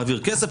מעביר כסף,